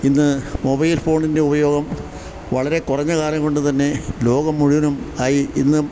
ഇന്ന് മൊബൈൽ ഫോണിൻ്റെ ഉപയോഗം വളരെ കുറഞ്ഞ കാലം കൊണ്ടു തന്നെ ലോകം മുഴുവനും ആയി ഇന്ന്